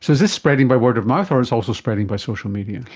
so is this spreading by word of mouth or it's also spreading by social media?